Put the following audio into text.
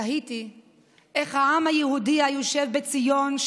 תהיתי איך העם היהודי היושב בציון,